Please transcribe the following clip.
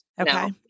Okay